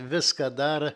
viską daro